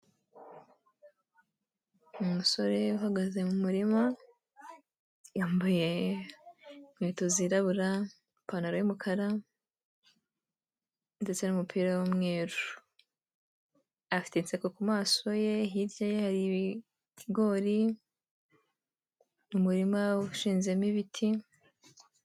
Umusore uhagaze mu murima, yambaye inkweto zirabura, ipantaro y'umukara ndetse n'umupira w'mweru, afite inseko ku maso ye, hirya hari ibigori mu murima ushinzemo ibiti.